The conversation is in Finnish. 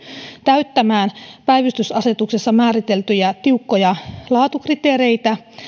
täyttämään päivystysasetuksessa määriteltyjä tiukkoja laatukriteereitä